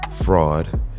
fraud